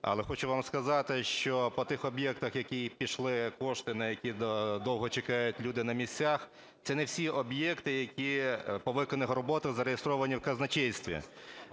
Але хочу вам сказати, що по тих об'єктах… які пішли кошти на які, довго чекають люди на місцях, це не всі об'єкти, які по виконаних роботах зареєстровані в казначействі.